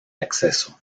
acceso